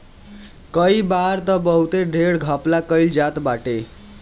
कई बार तअ बहुते ढेर घपला कईल जात बाटे